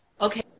okay